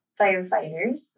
firefighters